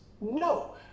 No